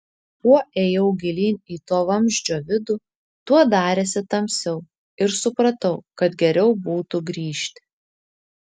kuo ėjau gilyn į to vamzdžio vidų tuo darėsi tamsiau ir supratau kad geriau būtų grįžti